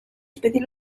especial